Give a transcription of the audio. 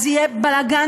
אז יהיה בלגן,